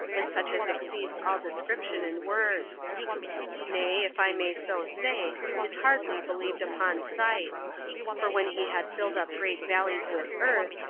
and such as exceeds all description in words nay, if i may so say, is hardly believed upon sight for when he had filled up great valleys with earth,